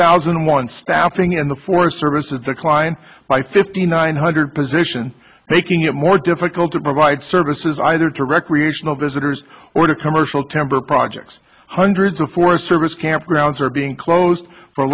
thousand and one staffing in the forest service is declined by fifty nine hundred position making it more difficult to provide services either to recreational visitors or to commercial temper projects hundreds of forest service campgrounds are being closed for